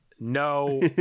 no